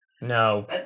No